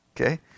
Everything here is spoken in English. Okay